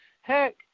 Heck